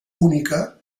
única